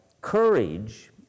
courage